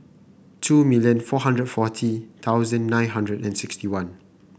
two million four hundred forty thousand nine hundred and sixty one